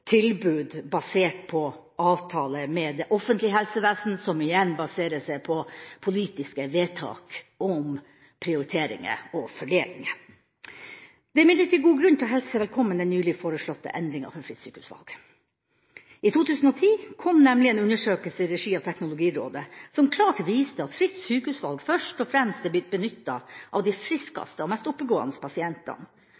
tilbud basert på avtale med det offentlige helsevesen, som igjen baserer seg på politiske vedtak om prioriteringer og fordelinger. Det er imidlertid god grunn til å hilse velkommen den nylig foreslåtte endringa for fritt sykehusvalg. I 2010 kom nemlig en undersøkelse i regi av Teknologirådet som klart viste at fritt sykehusvalg først og fremst har blitt benyttet av de